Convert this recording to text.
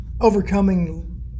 overcoming